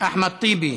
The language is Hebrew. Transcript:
אחמד טיבי,